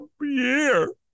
year